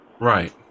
right